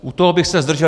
U toho bych se zdržel.